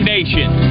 Nation